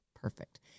perfect